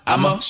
I'ma